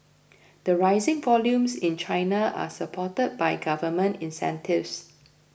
the rising volumes in China are supported by government incentives